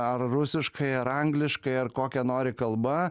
ar rusiškai ar angliškai ar kokia nori kalba